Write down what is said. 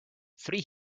three